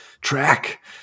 track